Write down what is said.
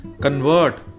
convert